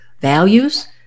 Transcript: values